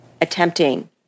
attempting